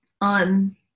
on